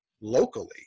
locally